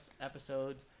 episodes